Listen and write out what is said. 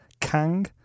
kang